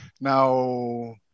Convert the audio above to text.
Now